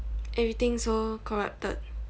everything so corrupted